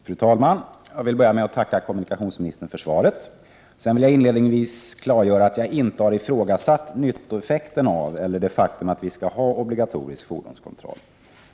Fru talman! Jag vill börja med att tacka kommunikationsministern för svaret. Sedan vill jag inledningsvis klargöra att jag inte har ifrågasatt nyttan av eller att vi skall ha obligatorisk fordonskontroll.